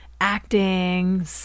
acting